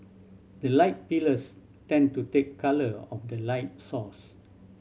the light pillars tend to take colour of the light source